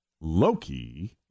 Loki